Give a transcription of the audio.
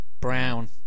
Brown